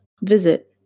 Visit